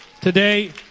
today